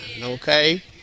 okay